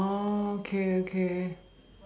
oh okay okay